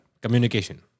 communication